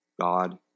God